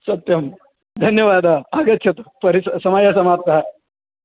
सत्यं धन्यवादः आगच्छतु परिसरः समयसमाप्तः